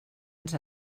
ens